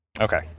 Okay